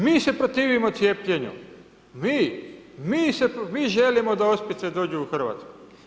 Mi se protivimo cijepljenu, mi želimo da ospice dođu u Hrvatsku.